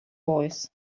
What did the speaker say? voice